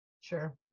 Sure